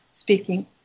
speaking